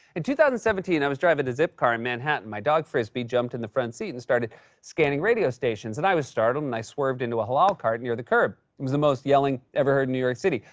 in two thousand and seventeen, i was driving a zip car in manhattan. my dog frisbee jumped in the front seat and started scanning radio stations. and i was startled, and i swerved into a halal cart near the curb. it was the most yelling ever heard in new york city.